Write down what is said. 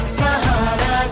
Sahara